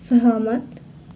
सहमत